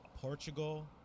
Portugal